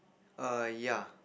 err ya